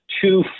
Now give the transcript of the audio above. two